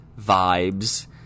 vibes